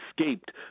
escaped